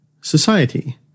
Society